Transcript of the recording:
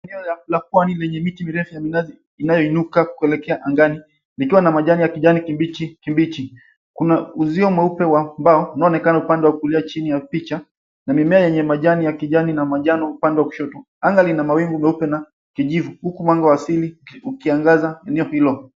Eneo la pwani lenye miti mirefu ya minazi inayoinuka kuelekea angani likiwa na majani ya kijani kibichi kibichi. Kuna uzio mweupe wa mbao unaonekana upande wa kulia chini ya picha na mimea yenye majani ya kijani upande wa kushoto. Anga lina mawingu meupe na kijivu huku mwanga asili ukiangaza eneo hilo.